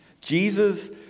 Jesus